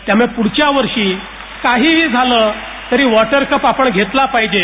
त्यामुळे पुढच्यावर्षी काहीही झालं तरी वॉटरकप आपण घेतला पाहिजे